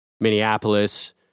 Minneapolis